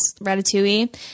Ratatouille